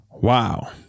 Wow